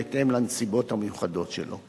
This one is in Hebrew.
בהתאם לנסיבות המיוחדות שלו.